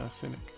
cynic